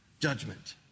judgment